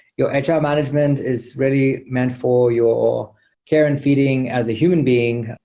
your and hr management is really meant for your care and feeding as a human being,